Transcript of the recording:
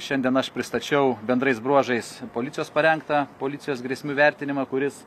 šiandien aš pristačiau bendrais bruožais policijos parengtą policijos grėsmių vertinimą kuris